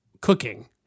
cooking